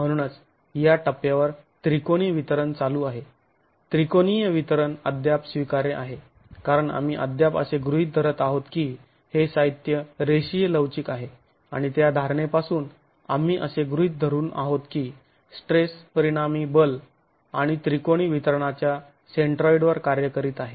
म्हणूनच या टप्प्यावर त्रिकोणी वितरण चालू आहे त्रिकोणीय वितरण अद्याप स्वीकार्य आहे कारण आम्ही अद्याप असे गृहीत धरत आहोत की हे साहित्य रेषीय लवचिक आहे आणि त्या धारणेपासून आम्ही असे गृहीत धरून आहोत की स्ट्रेस परिणामी बल आणि त्रिकोणी वितरणाच्या सेंट्रॉईडवर कार्य करीत आहे